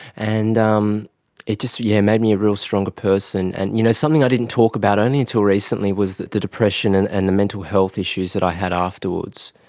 and um it just yeah made me a real stronger person. and you know something i didn't talk about only until recently was the the depression and and the mental health issues that i had afterwards,